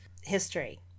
history